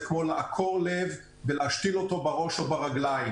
זה כמו לעקור לב ולהשתיל אותו בראש או ברגליים.